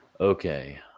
Okay